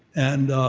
and